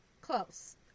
close